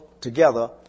together